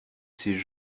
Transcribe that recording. ses